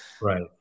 Right